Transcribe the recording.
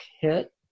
hit